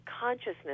consciousness